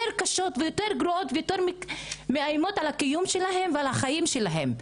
קשות ויותר גרועות ויותר מאיימות על הקיום שלהם ועל החיים שלהם,